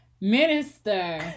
Minister